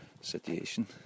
situation